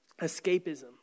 escapism